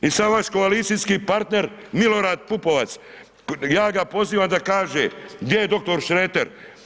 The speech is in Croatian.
I sad vaš koalicijski partner Milorad Pupovac, ja ga pozivam da kaže gdje je dr. Šreter?